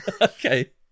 Okay